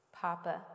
Papa